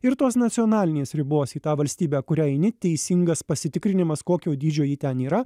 ir tos nacionalinės ribos į tą valstybę kurią eini teisingas pasitikrinimas kokio dydžio ji ten yra